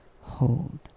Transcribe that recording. hold